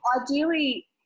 ideally